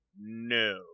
no